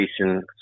Station